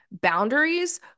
boundaries